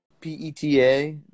PETA